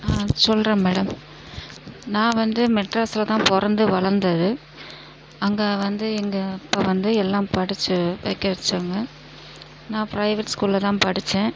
ஆ சொல்றேன் மேடம் நான் வந்து மெட்ராஸில்தான் பிறந்து வளர்ந்தது அங்கே வந்து எங்கள் அப்பா வந்து எல்லாம் படிச்சு படிக்க வைச்சாங்க நான் பிரைவேட் ஸ்கூலில்தான் படித்தேன்